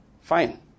Fine